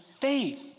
faith